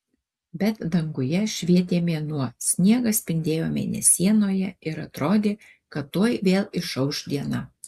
bet danguje švietė mėnuo sniegas spindėjo mėnesienoje ir atrodė kad tuoj vėl išauš diena